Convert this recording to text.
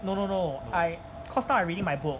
no no no I cause now I reading my book